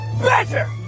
better